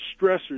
stressors